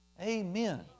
Amen